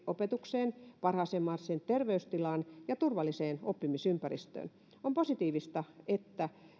opetukseen parhaaseen mahdolliseen terveydentilaan ja turvalliseen oppimisympäristöön on positiivista että